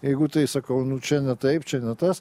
jeigu tai sakau nu čia ne taip čia ne tas